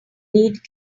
need